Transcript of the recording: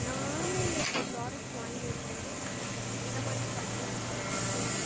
நான் ஆன்லைனில் சில ப்ராடெக்ட் வாங்கிருந்தேன் எந்த மாதிரி பார்த்தீங்கனா சன்ஸ்க்ரீனு